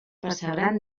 percebran